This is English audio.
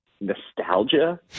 nostalgia